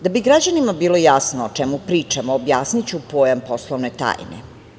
Da bi građanima bilo jasno o čemu pričamo, objasniću pojam poslovne tajne.